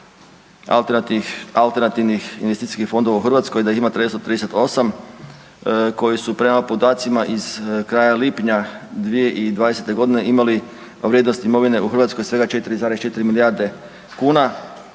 alternativnih investicijskih fondova u Hrvatskoj da ih ima 338 koji su prema podacima iz kraja lipnja 2020.g. imali vrijednost imovine u Hrvatskoj svega 4,4 milijarde kuna,